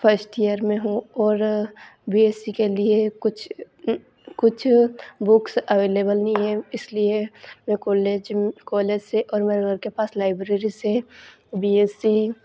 first year में हूँ और बी एस सी के लिए कुछ कुछ बुक्स अवेलेबल नहीं है इसलिए मैं कॉलेज कॉलेज से और हमारे घर के पास लाइब्रेरी से बी एस सी